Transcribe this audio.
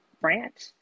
branch